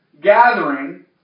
gathering